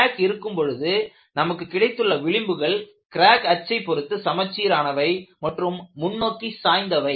crack இருக்கும் பொழுதுநமக்கு கிடைத்துள்ள விளிம்புகள் கிராக் அச்சை பொருத்து சமச்சீரானவை மற்றும் முன்னோக்கி சாய்ந்தவை